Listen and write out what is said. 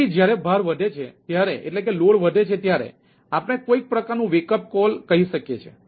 તેથી જ્યારે ભાર વધે છે ત્યારે આપણે કોઈક પ્રકારનું વેકઅપ કોલ કહી શકીએ છીએ